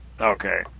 Okay